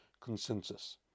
consensus